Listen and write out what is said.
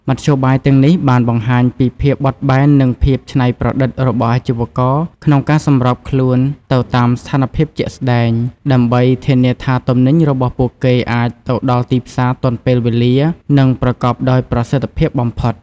មធ្យោបាយទាំងនេះបានបង្ហាញពីភាពបត់បែននិងភាពច្នៃប្រឌិតរបស់អាជីវករក្នុងការសម្របខ្លួនទៅតាមស្ថានភាពជាក់ស្តែង ដើម្បីធានាថាទំនិញរបស់ពួកគេអាចទៅដល់ទីផ្សារទាន់ពេលវេលា និងប្រកបដោយប្រសិទ្ធភាពបំផុត។